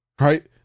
Right